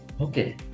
Okay